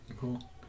cool